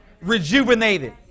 rejuvenated